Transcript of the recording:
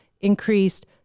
increased